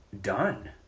done